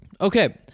Okay